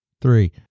Three